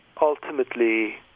ultimately